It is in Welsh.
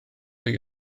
chi